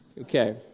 Okay